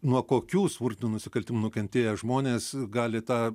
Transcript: nuo kokių smurtinių nusikaltimų nukentėję žmonės gali tą